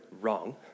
wrong